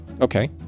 Okay